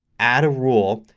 add a rule,